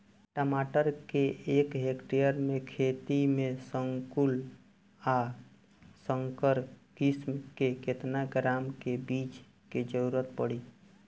टमाटर के एक हेक्टेयर के खेती में संकुल आ संकर किश्म के केतना ग्राम के बीज के जरूरत पड़ी?